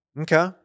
Okay